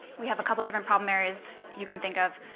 we have a couple different problem areas you can think of.